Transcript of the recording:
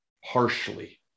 harshly